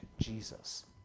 Jesus